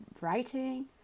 writing